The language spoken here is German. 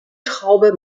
traube